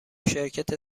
شرکت